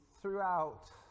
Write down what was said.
throughout